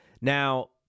now